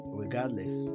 regardless